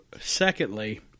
Secondly